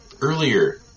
earlier